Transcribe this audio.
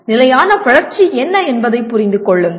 நிலையான வளர்ச்சி என்ன என்பதை புரிந்து கொள்ளுங்கள்